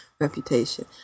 Reputation